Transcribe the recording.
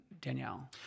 Danielle